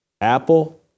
Apple